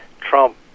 Trump